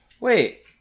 wait